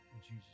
Jesus